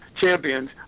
champions